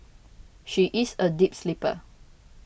she is a deep sleeper